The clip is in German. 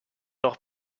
auch